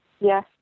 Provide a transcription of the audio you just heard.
Yes